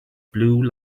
blue